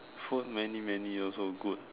food many many also good